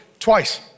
Twice